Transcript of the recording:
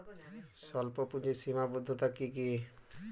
স্বল্পপুঁজির সীমাবদ্ধতা কী কী?